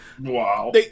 wow